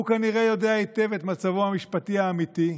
הוא כנראה יודע היטב את מצבו המשפטי האמיתי,